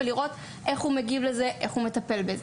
ותראו איך הוא מגיב לזה ואיך הוא מטפל בזה.